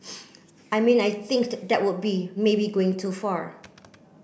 I mean I thinked that would be maybe going too far